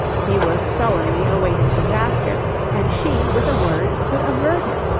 he was sullenly awaiting disaster and she with a word could avert it.